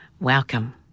welcome